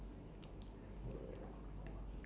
so that's why I I want him to be like good